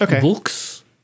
books